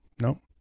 no